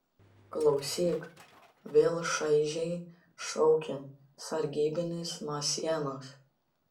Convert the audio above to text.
klausyk vėl šaižiai šaukia sargybinis nuo sienos